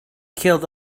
killed